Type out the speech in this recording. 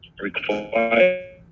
required